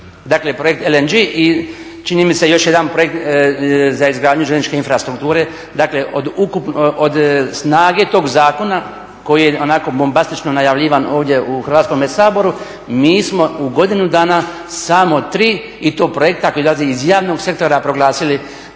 dakle projekt LNG i čini mi se još jedan projekt za izgradnju željezničke infrastrukture. Dakle, od snage tog zakona koji je onako bombastično najavljivan ovdje u Hrvatskome saboru, mi smo u godinu dana samo tri i to projekta … iz javnog sektora proglasili